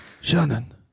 Shannon